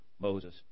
Moses